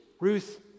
Ruth